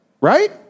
Right